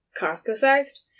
Costco-sized